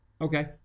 Okay